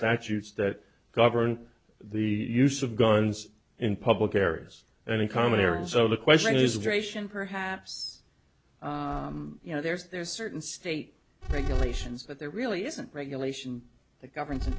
chutes that govern the use of guns in public areas and in common areas so the question is gratian perhaps you know there's there's certain state regulations but there really isn't regulation that governs